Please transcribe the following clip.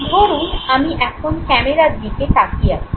ধরুন আমি এখন ক্যামেরার দিকে তাকিয়ে আছি